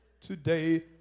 today